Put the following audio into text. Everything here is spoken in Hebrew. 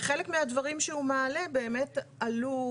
וחלק מהדברים שהוא מעלה באמת עלו,